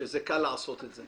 שזה קל לעשות את זה